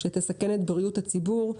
שתסכן את בריאות הציבור.